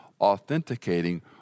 authenticating